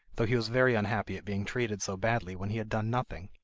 though he was very unhappy at being treated so badly when he had done nothing.